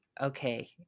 Okay